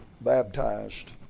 baptized